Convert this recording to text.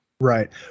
Right